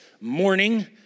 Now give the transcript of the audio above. morning